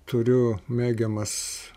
turiu mėgiamas